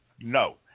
No